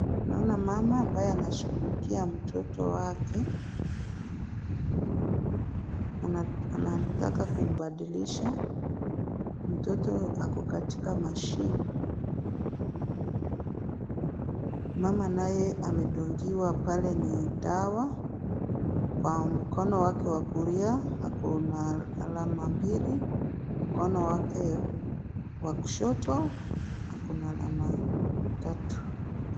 Naona mama ambaye anashugulikia mtoto wake, anataka kumbadilisha, mtoto ako katika machine . Mama naye amedungiwa pale ni dawa, kwa mkono wake wa kulia ako na alama mbili, mkono wake wa kushoto ako na alama tatu.